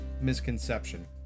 misconception